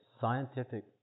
scientific